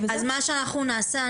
אז מה שאנחנו נעשה,